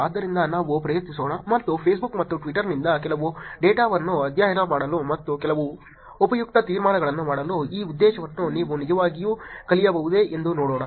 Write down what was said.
ಆದ್ದರಿಂದ ನಾವು ಪ್ರಯತ್ನಿಸೋಣ ಮತ್ತು Facebook ಮತ್ತು Twitter ನಿಂದ ಕೆಲವು ಡೇಟಾವನ್ನು ಅಧ್ಯಯನ ಮಾಡಲು ಮತ್ತು ಕೆಲವು ಉಪಯುಕ್ತ ತೀರ್ಮಾನಗಳನ್ನು ಮಾಡಲು ಈ ಉದ್ದೇಶವನ್ನು ನೀವು ನಿಜವಾಗಿಯೂ ಕಲಿಸಬಹುದೇ ಎಂದು ನೋಡೋಣ